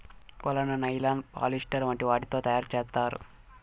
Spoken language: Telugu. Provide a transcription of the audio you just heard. వలను నైలాన్, పాలిస్టర్ వంటి వాటితో తయారు చేత్తారు